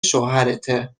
شوهرته